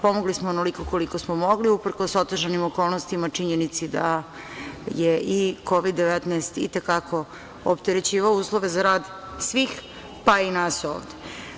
Pomogli smo onoliko koliko smo mogli uprkos otežanim okolnostima, činjenici da je i Kovid - 19 i te kako opterećivao uslove za rad svih, pa i nas ovde.